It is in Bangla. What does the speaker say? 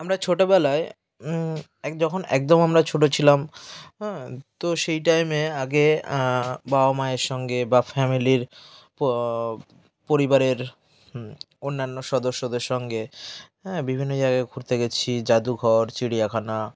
আমরা ছোটোবেলায় এক যখন একদম আমরা ছোটো ছিলাম হ্যাঁ তো সেই টাইমে আগে বাবা মায়ের সঙ্গে বা ফ্যামিলির পরিবারের অন্যান্য সদস্যদের সঙ্গে হ্যাঁ বিভিন্ন জায়গায় ঘুরতে গেছি যাদুঘর চিড়িয়াখানা